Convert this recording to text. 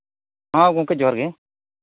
ᱦᱮᱸ ᱜᱚᱢᱠᱮ ᱡᱚᱦᱟᱨ ᱜᱮ